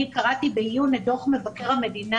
אני קראתי בעיון את דוח מבקר המדינה